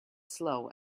slow